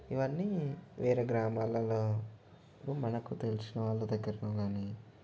ఇవన్నీ వేరే గ్రామాలలో మనకు తెలిసిన వాళ్ళ దగ్గరన కానీ